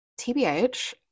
TBH